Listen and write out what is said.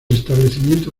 establecimiento